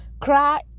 Cry